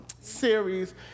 series